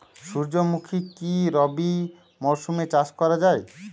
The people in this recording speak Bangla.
সুর্যমুখী কি রবি মরশুমে চাষ করা যায়?